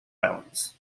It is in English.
islands